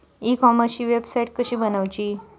E कॉमर्सची website कशी बनवची?